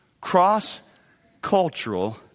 cross-cultural